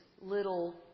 little